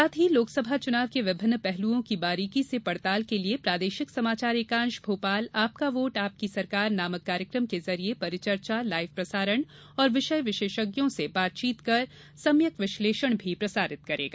साथ ही लोकसभा चुनाव के विभिन्न पहलुओं की बारीकी से पड़ताल के लिये प्रादेशिक समाचार एकांश भोपाल आपका वोट आपकी सरकार नामक कार्यक्रम के जरिए परिचर्चा लाइव प्रसारण और विषय विशेषज्ञों से बातचीत कर सम्यक विश्लेषण भी प्रसारित करेगा